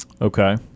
Okay